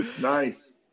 Nice